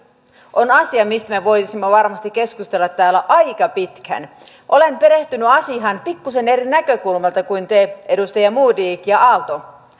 on asia mistä me voisimme varmasti keskustella täällä aika pitkään olen perehtynyt asiaan pikkuisen eri näkökulmasta kuin te edustajat modig ja aalto